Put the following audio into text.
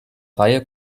reihe